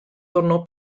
tornò